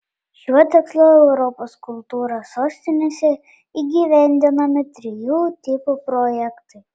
šiuo tikslu europos kultūros sostinėse įgyvendinami trijų tipų projektai